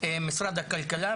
משרד הכלכלה,